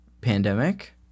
Pandemic